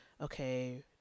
okay